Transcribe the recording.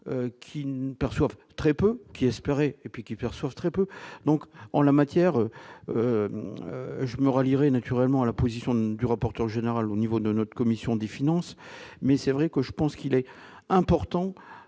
qui ne perçoivent très peu qui espérait et puis qui perçoivent très peu donc en la matière je me relire et naturellement la position du rapporteur général au niveau de notre commission des finances, mais c'est vrai que je pense qu'il est important